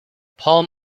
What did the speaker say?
palm